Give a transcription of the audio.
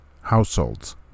households